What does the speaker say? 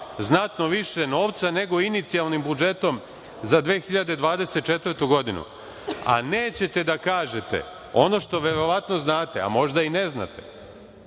znatno više novca nego inicijalnim budžetom za 2024. godinu, a nećete da kažete ono što verovatno znate, a možda i ne znate,